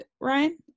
ryan